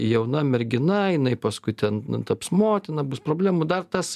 jauna mergina jinai paskui ten taps motina bus problemų dar tas